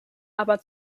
aber